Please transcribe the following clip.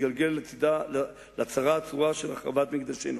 התגלגל לצרה הצרורה של החרבת מקדשנו.